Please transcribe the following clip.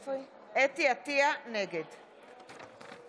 והיא תעבור להמשך דיון